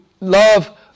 love